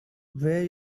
where